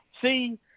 See